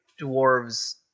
dwarves